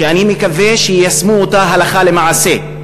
שאני מקווה שיישמו אותה הלכה למעשה,